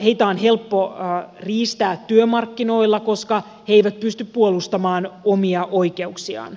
heitä on helppo riistää työmarkkinoilla koska he eivät pysty puolustamaan omia oikeuksiaan